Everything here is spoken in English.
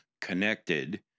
connected